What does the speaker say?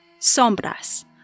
Sombras